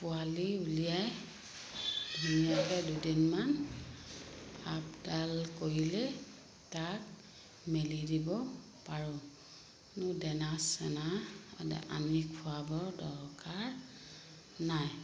পোৱালি উলিয়াই ধুনীয়াকে দুদিনমান আপডাল কৰিলেই তাক মেলি দিব পাৰোঁ কোনো ডেনা চেনা আনি খোৱাবৰ দৰকাৰ নাই